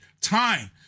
time